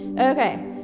Okay